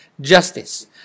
justice